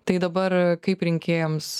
tai dabar kaip rinkėjams